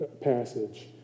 passage